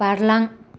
बारलां